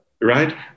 Right